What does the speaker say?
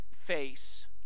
face